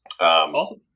Awesome